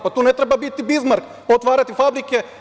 Pa tu ne treba biti Bizmark pa otvarati fabrike.